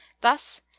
Thus